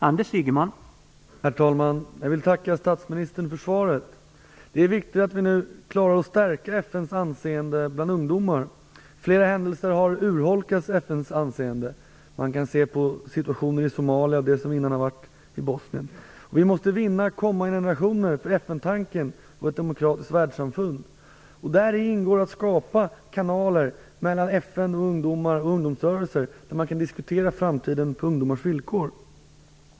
Herr talman! Jag vill tacka statsministern för svaret. Det är viktigt att vi nu klarar av att stärka FN:s anseende bland ungdomar. Flera händelser har urholkat FN:s anseende. Man kan se på situationen i Somalia och den situation som tidigare har rått i Bosnien. Vi måste vinna kommande generationer för FN tanken och ett demokratiskt världssamfund. Däri ingår att skapa kanaler mellan FN och ungdomar och undomsrörelser genom vilka man kan diskutera framtiden på ungdomars villkor.